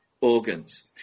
organs